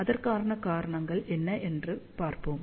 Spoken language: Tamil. அதற்கான காரணங்கள் என்ன என்று பார்ப்போம்